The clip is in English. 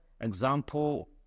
example